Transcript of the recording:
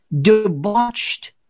debauched